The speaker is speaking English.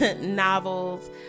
Novels